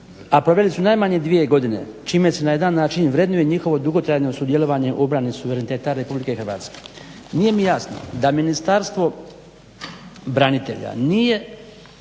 a proveli su najmanje dvije godine čime se na jedan način vrednuje njihovo dugotrajno sudjelovanje u obrani suvereniteta Republike Hrvatske. Nije mi jasno da Ministarstvo branitelja nije